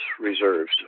reserves